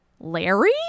Larry